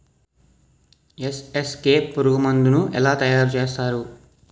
NSK పురుగు మందు ను ఎలా తయారు చేస్తారు?